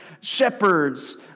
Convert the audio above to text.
shepherds